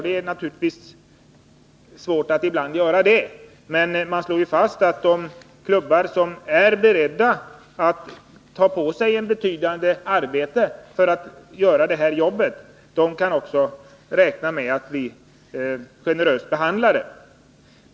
Det är det naturligtvis ibland, men man slår ju fast att de klubbar som är beredda att lägga ned ett betydande arbete på fiskevårdande åtgärder kan räkna med att bli generöst behandlade.